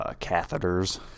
catheters